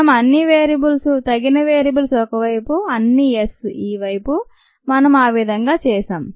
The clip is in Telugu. మనం అన్ని వేరియబుల్స్ తగిన వేరియబుల్స్ ఒకవైపు అన్ని s ఈ వైపు మనం ఆ విధంగా చేశాం